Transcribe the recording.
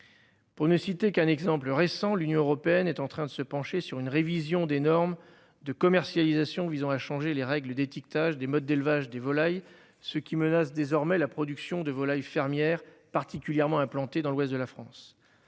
Pour ne citer qu'un exemple récent, l'Union européenne est en train de se pencher sur une révision des normes de commercialisation visant à changer les règles d'étiquetage des modes d'élevage des volailles ce qui menace désormais la production de volaille fermière particulièrement implanté dans l'ouest de la France.